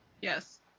Yes